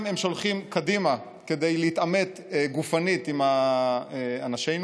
הם שולחים קדימה כדי להתעמת גופנית עם אנשינו,